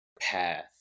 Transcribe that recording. path